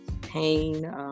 pain